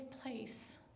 place